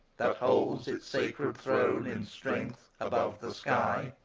that holds its sacred throne in strength, above the sky!